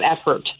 effort